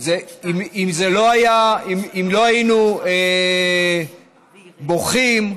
אם לא היינו בוכים,